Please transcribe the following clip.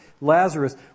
Lazarus